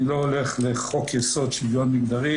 אני לא הולך לחוק יסוד שוויון מגדרי,